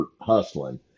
hustling